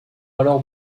alors